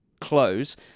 close